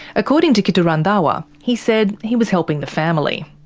according to kittu randhawa, he said he was helping the family.